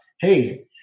hey